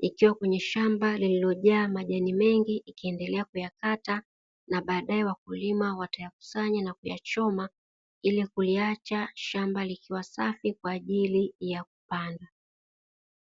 ikiwa kwenye shamba lililojaa majani mengi ikiendelea kuyakata na baadae wakulima watayakusanya na kuyachoma ili kuliacha shamba likiwa safi kwaajili ya kupandwa.